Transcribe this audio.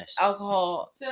alcohol